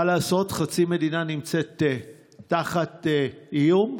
מה לעשות, חצי מדינה נמצאת תחת איום.